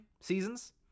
seasons